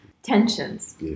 tensions